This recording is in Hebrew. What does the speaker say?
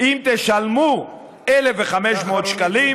אם תשלמו 1,500 שקלים,